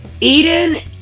Eden